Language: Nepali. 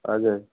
हजुर